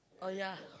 oh ya